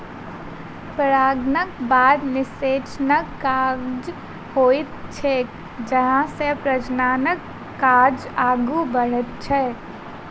परागणक बाद निषेचनक काज होइत छैक जाहिसँ प्रजननक काज आगू बढ़ैत छै